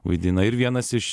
vaidina ir vienas iš